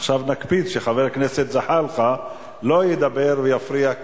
עכשיו נקפיד שחבר הכנסת זחאלקה לא ידבר ויפריע,